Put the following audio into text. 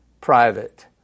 private